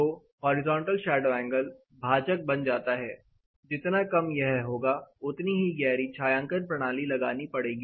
तो horizontal shadow angle भाजक बन जाता है जितना कम यह होगा उतनी ही गहरी छायांकन प्रणाली लगानी पड़ेगी